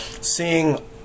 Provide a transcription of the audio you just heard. Seeing